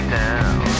down